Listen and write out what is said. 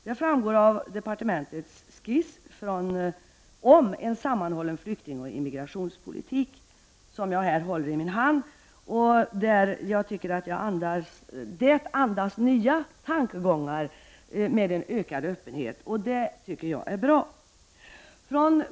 Detta framgår av departementets skiss om en sammanhållen flykting och immigrationspolitik, som jag här håller i min hand. Rapporten andas enligt min mening nya tankegångar och en ökad öppenhet, vilket jag tycker är bra.